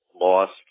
lost